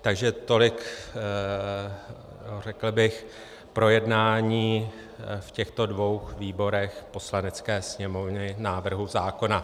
Takže tolik, řekl bych, k projednání v těchto dvou výborech Poslanecké sněmovny návrhu zákona.